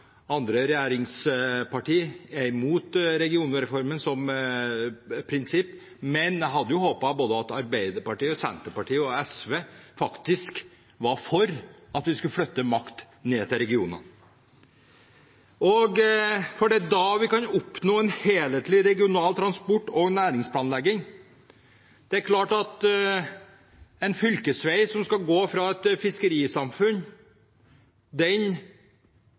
andre regjeringspartier er imot regionreformen som prinsipp, men jeg hadde håpet at både Arbeiderpartiet, Senterpartiet og SV var for at vi skulle flytte makt ned til regionene, for det er da vi kan oppnå en helhetlig regional transport- og næringsplanlegging. Det er klart at en fylkesvei som skal gå fra et fiskerisamfunn, kan planlegges samtidig med den